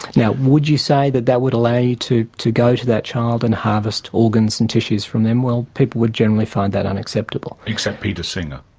now, would you say that that would allow you to go to that child and harvest organs and tissues from them? well, people would generally find that unacceptable. except peter singer.